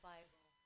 Bible